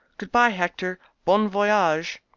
good-bye, hector! bon voyage!